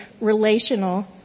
relational